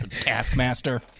Taskmaster